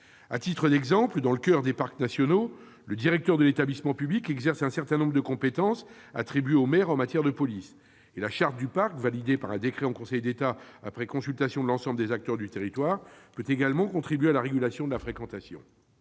À titre d'exemple, dans le coeur des parcs nationaux, le directeur de l'établissement public exerce un certain nombre de compétences attribuées au maire en matière de police. En outre, la charte de chaque parc, validée par un décret en Conseil d'État après consultation de l'ensemble des acteurs du territoire, peut également contribuer à la régulation de la fréquentation.